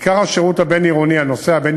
עיקר השירות הבין-עירוני הנוסע בין